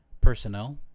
personnel